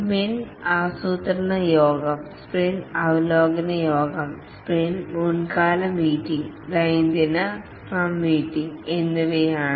sprint ആസൂത്രണ യോഗം sprint അവലോകന യോഗം സ്പ്രിന്റ് മുൻകാല മീറ്റിംഗ് ദൈനംദിന സ്ക്രം മീറ്റിംഗ് എന്നിവയാണ്